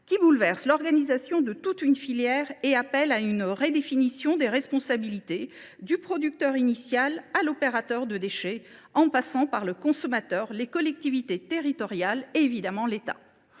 qui bouleversent l’organisation de toute une filière. Cela appelle à une redéfinition des responsabilités, du producteur initial à l’opérateur de déchets, en passant par le consommateur, les collectivités territoriales et l’État.